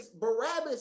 Barabbas